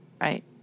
right